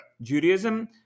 Judaism